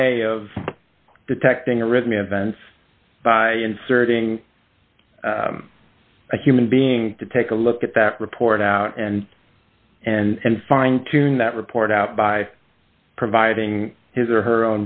way of detecting arrhythmia events by inserting a human being to take a look at that report out and and fine tuning that report out by providing his or her